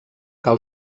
cal